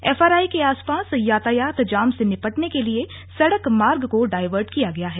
FRI के आसपास यातायात जाम से निपटने के लिए सड़क मार्ग को डायवर्ट किया गया है